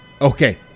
Okay